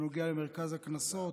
שנוגע למרכז הקנסות.